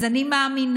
אז אני מאמינה,